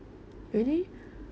really